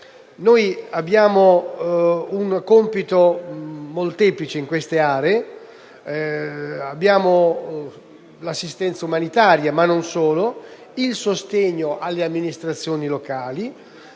Abbiamo un compito molteplice in queste aree, non solo di assistenza umanitaria ma anche di sostegno alle amministrazioni locali,